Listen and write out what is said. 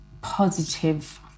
positive